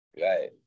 Right